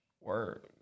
Word